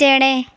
ᱪᱮᱬᱮ